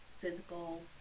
physical